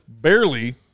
barely